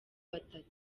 batatu